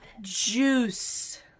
juice